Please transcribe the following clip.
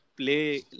play